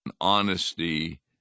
honesty